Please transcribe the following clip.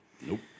Nope